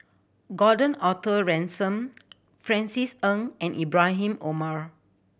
Gordon Arthur Ransome Francis Ng and Ibrahim Omar